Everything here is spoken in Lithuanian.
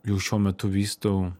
jau šiuo metu vystau